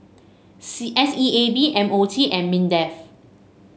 S E A B M O T and Mindef